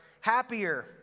happier